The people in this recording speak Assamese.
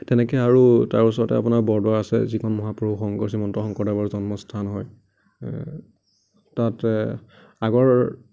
তেনেকৈ আৰু তাৰ ওচৰতে বৰদোৱা আছে যিখন মহাপুৰুষ শংকৰ শ্ৰীমন্ত শংকৰদেৱৰ জন্মস্থান হয় তাত আগৰ